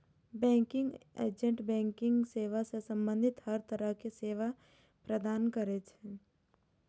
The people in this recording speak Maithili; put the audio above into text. बैंकिंग एजेंट बैंकिंग सेवा सं संबंधित हर तरहक सेवा प्रदान करै छै